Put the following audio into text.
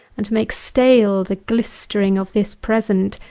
and make stale the glistering of this present,